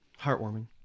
Heartwarming